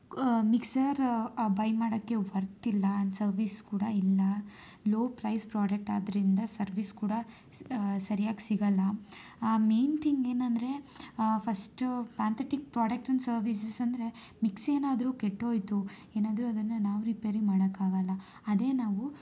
mixer buy ಮಾಡೋಕ್ಕೆ ವರ್ತಿಲ್ಲ and service ಕೂಡ ಇಲ್ಲ ಲೊ ಪ್ರೈಸ್ ಪ್ರಾಡಕ್ಟ್ ಆದ್ದರಿಂದ ಸರ್ವಿಸ್ ಕೂಡ ಸರಿಯಾಗಿ ಸಿಗಲ್ಲ ಮೈನ್ ಥಿಂಗ್ ಏನು ಅಂದರೆ first pathetic product and services ಅಂದರೆ ಮಿಕ್ಸಿ ಏನಾದರೂ ಕೆಟ್ಟೋಯ್ತು ಏನಾದರೂ ಅದನ್ನು ನಾವು ರಿಪೇರಿ ಮಾಡಕ್ಕಾಗಲ್ಲ ಅದೇ ನಾವು